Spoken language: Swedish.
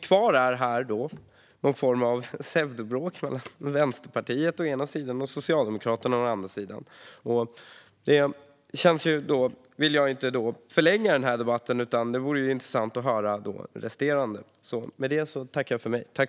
Kvar här finns en form av pseudobråk mellan Vänsterpartiet och Socialdemokraterna. Jag ska inte förlänga debatten, utan det ska bli intressant att höra resterande inlägg.